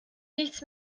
nichts